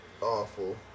Awful